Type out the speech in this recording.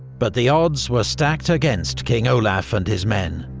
but the odds were stacked against king olaf and his men.